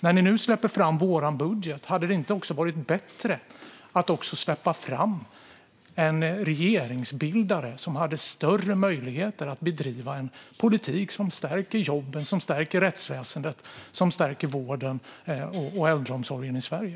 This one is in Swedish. När ni nu släpper fram vår budget, hade det inte varit bättre att också släppa fram en regeringsbildare som hade större möjligheter att bedriva en politik som stärker jobben, som stärker rättsväsendet och som stärker vården och äldreomsorgen i Sverige?